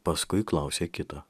paskui klausė kitą